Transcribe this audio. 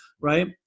right